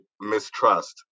mistrust